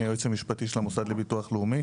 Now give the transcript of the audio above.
אני היועץ המשפטי של המוסד לביטוח לאומי.